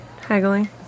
haggling